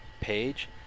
page